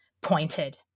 pointed